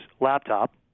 laptop